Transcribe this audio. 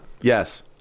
Yes